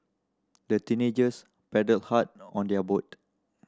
the teenagers paddled hard on their boat